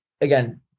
again